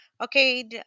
Okay